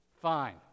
Fine